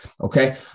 Okay